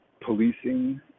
policing